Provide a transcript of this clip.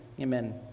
amen